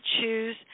choose